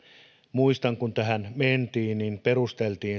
muistan että kun tähän mentiin niin sitä perusteltiin